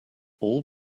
all